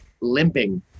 limping